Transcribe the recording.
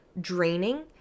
draining